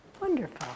wonderful